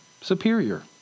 superior